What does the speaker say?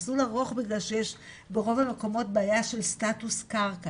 הוא מסלול ארוך בגלל שיש ברוב המקומות בעיה של סטטוס קרקע,